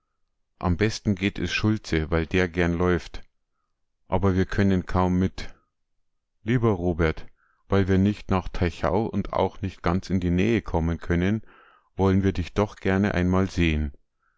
am besten geht es schulze weil der gern lauft aber wir können kaum mit lieber robert weil wir nicht nach teichau und auch nicht ganz in die nähe kommen können wollen wir dich doch gern einmal sehen